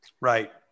Right